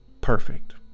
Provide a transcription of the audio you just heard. Perfect